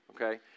okay